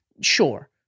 Sure